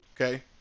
okay